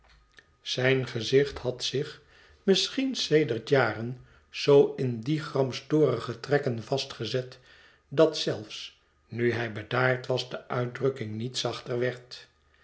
zijn gezicht had zich misschien sedert jaren zoo in die gramstorige trekken vastgezet dat zelfs nu hij bedaard was de uitdrukking niet zachter werd